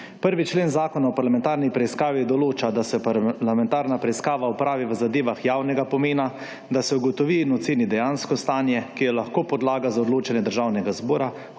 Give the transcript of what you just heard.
1. člen Zakona o parlamentarni preiskavi določa, da se parlamentarna preiskava opravi v zadevah javnega pomena, da se ugotovi in oceni dejansko stanje, ki je lahko podlaga za odločanje Državnega zbora